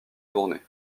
tourner